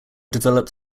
developed